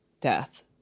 death